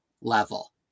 level